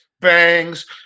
bangs